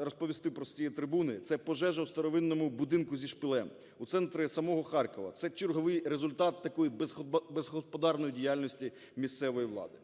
розповісти з цієї трибуни, – це пожежа у старовинному будинку зі шпилем у центрі самого Харкова, це черговий результат такої безгосподарної діяльності місцевої влади.